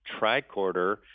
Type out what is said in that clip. tricorder